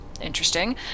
Interesting